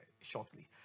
shortly